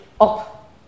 up